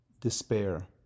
despair